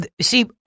See